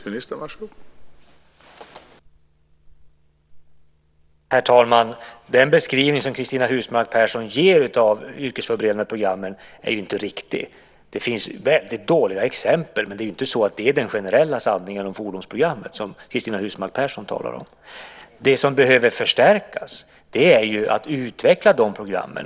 Herr talman! Den beskrivning som Cristina Husmark Pehrsson ger av de yrkesförberedande programmen är ju inte riktig. Det finns väldigt dåliga exempel, men det är inte den generella sanningen om fordonsprogrammet som Cristina Husmark Pehrsson ger. Dessa program behöver utvecklas.